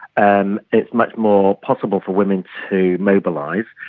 and it's much more possible for women to mobilise.